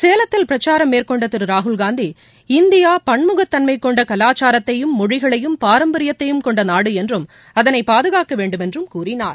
சேலத்தில் பிரச்சாரம் மேற்கொண்ட திரு ராகுல்னாந்தி இந்தியா பன்முகத்தன்மை கொண்ட கலாச்சாரத்தையும் மொழிகளையும் பாரம்பரியத்தையும் கொண்ட நாடு என்றும் அதனை பாதுகாக்க வேண்டும் என்றும் கூறினார்